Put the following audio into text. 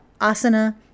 Asana